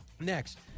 Next